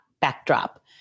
backdrop